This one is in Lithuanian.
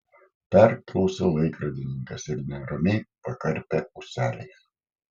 perklausė laikrodininkas ir neramiai pakarpė ūseliais